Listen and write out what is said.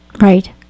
right